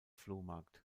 flohmarkt